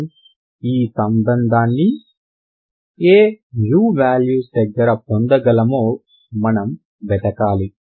మనం ఈ సంబంధాన్ని ఏ వాల్యూస్ దగ్గర పొందగలమో మనం వెతకాలి